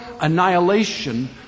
annihilation